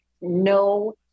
no